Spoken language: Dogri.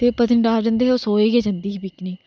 ते पतनीटाप जंदे हे ते ओह् सोहै गै जंदी ही पिकनिक